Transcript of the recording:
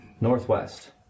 Northwest